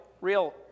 real